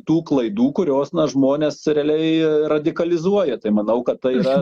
tų klaidų kurios na žmones realiai radikalizuoja tai manau kad tai yra